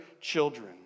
children